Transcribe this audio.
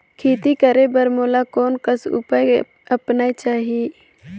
खेती करे बर मोला कोन कस उपाय अपनाये चाही?